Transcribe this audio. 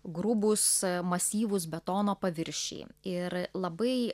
grubūs masyvūs betono paviršiai ir labai